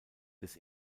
des